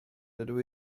dydw